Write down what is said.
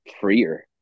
freer